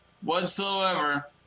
whatsoever